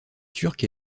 turc